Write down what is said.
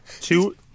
Two